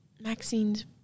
Maxine's